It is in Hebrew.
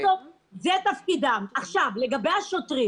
לגבי השוטרים